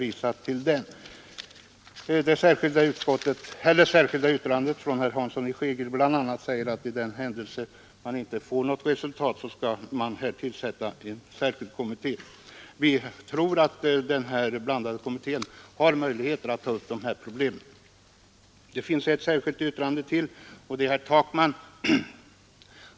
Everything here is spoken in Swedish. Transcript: I det särskilda yttrandet av herr Hansson i Skegrie m.fl. sägs att i den händelse något resultat inte uppnås på den vägen bör det tillsättas en särskild kommitté. Utskottsmajoriteten tror emellertid att den blandade kommittén har möjligheter att ta upp de här problemen. Det finns ett särskilt yttrande till, av herr Takman.